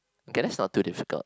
okay that's not too difficult